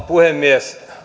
puhemies